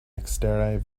eksteraj